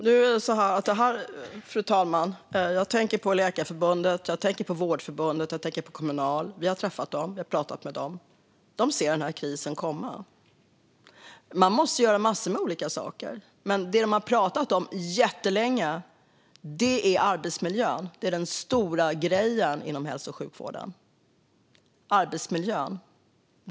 Fru talman! Nu är det så här att vi har träffat Läkarförbundet, Vårdförbundet och Kommunal och pratat med dem. De ser den här krisen komma. Man måste göra massor med olika saker, men det de har pratat om jättelänge är arbetsmiljön. Det är den stora grejen inom hälso och sjukvården: arbetsmiljön.